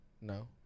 No